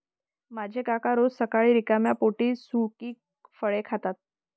माझे काका रोज सकाळी रिकाम्या पोटी सुकी फळे खातात